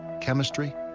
chemistry